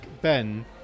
Ben